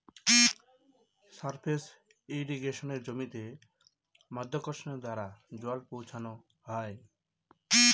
surface ইর্রিগেশনে জমিতে মাধ্যাকর্ষণের দ্বারা জল পৌঁছানো হয়